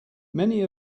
many